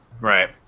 Right